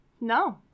No